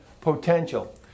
potential